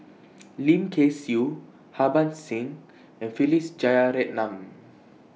Lim Kay Siu Harbans Singh and Philip Jeyaretnam